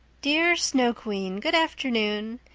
dear snow queen, good afternoon.